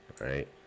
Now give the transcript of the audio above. right